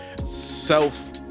self